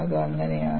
അത് അങ്ങനെയാണ്